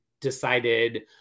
decided